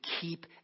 keep